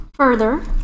Further